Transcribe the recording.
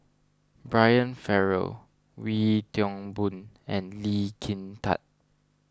Brian Farrell Wee Toon Boon and Lee Kin Tat